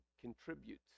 contributes